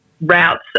routes